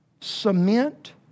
cement